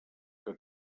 que